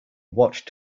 watched